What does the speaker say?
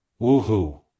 Woohoo